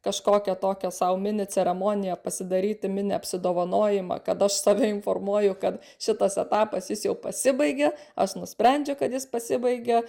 kažkokią tokią sau mini ceremoniją pasidaryti mini apsidovanojimą kad aš save informuoju kad šitas etapas jis jau pasibaigė aš nusprendžiu kad jis pasibaigė